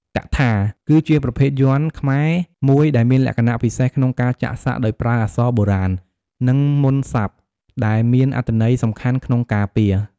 កៈថា គឺជាប្រភេទយ័ន្តខ្មែរមួយដែលមានលក្ខណៈពិសេសក្នុងការចាក់សាក់ដោយប្រើអក្សរបុរាណ និងមន្តសព្ទ ដែលមានអត្ថន័យសំខាន់ក្នុងការពារ។